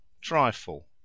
trifle